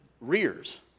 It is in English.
rears